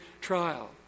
trial